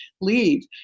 leave